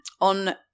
on